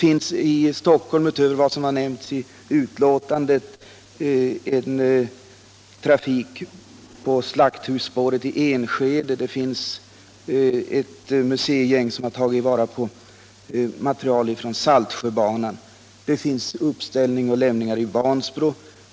I Stockholm finns, utöver vad som har nämnts i betänkandet, trafik på slakthusspåret i Enskede. Ett museigäng har tagit vara på materiel från Saltsjöbanan. Det finns uppställning och lämningar i Vansbro.